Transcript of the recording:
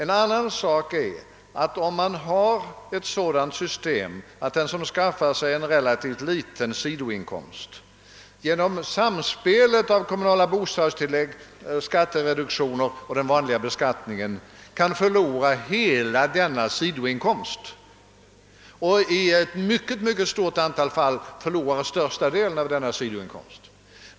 En annan sak är att om vi har ett sådant system, att den, som ökar en relativt liten sidoinkomst, genom samspelet mellan kommunala bostadstillägg, skattereduktion och vanlig beskattning kan förlora hela ökningen av denna sidoinkomst — i ett mycket stort antal fall förlorar han större delen av denna sidoinkomst.